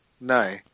No